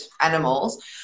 animals